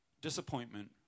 disappointment